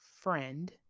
friend